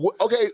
Okay